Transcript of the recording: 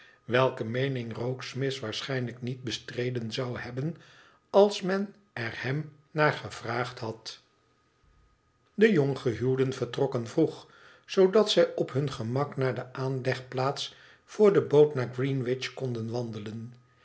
welke meening rokesmith waarschijnlijk niet bestreden zou hebben als men er hem naar gevraagd had de jonggehuwden vertrokken vroeg zoodat zij op hun gemak naar de aanlegplaats voor de boot naar greenwich konden wandelen